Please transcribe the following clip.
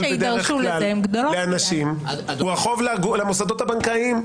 בדרך כלל לאנשים הוא החוב למוסדות הבנקאיים,